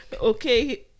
okay